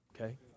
Okay